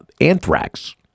Anthrax